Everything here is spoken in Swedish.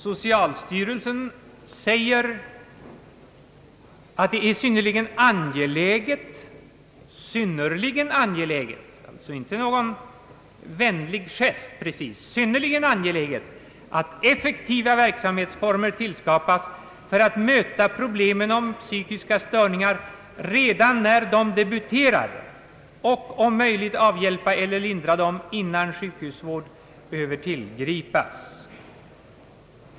Socialstyrelsen säger, att det är synnerligen angeläget — alltså inte bara någon vänlig gest, precis — att effektiva verksamhetsformer skapas för att möta problemet med psykiska störningar redan när dessa debuterar och om Ang. den psykiska hälsovården möjligt avhjälpa eller lindra dem innan sjukhusvård behöver tillgripas.